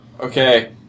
Okay